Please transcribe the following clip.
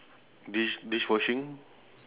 dish dish washing